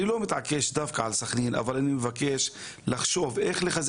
אני לא מתעקש דווקא על סכנין אבל אני מבקש לחשוב על איך לחזק